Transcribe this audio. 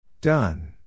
Done